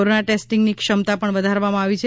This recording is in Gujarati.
કોરોના ટેસ્ટીંગની ક્ષમતા પણ વધારવામાં આવી છે